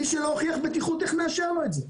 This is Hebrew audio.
מי שלא הוכיח בטיחות, איך נאשר לו את זה?